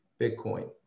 Bitcoin